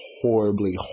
horribly